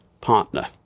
partner